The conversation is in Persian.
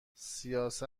سیاست